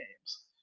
games